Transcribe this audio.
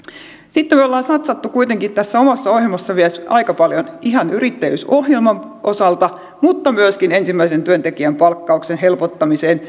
sitten me olemme satsanneet kuitenkin tässä omassa ohjelmassamme vielä aika paljon ihan yrittäjyysohjelman osalta mutta myöskin ensimmäisen työntekijän palkkauksen helpottamiseen